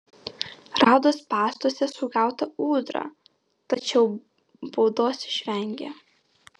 rado spąstuose sugautą ūdrą tačiau baudos išvengė